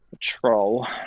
Troll